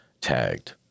tagged